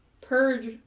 Purge